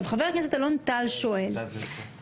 חבר הכנסת אלון טל: אוקיי,